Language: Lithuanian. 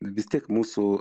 vis tiek mūsų